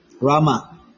Rama